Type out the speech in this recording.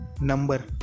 number